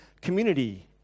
community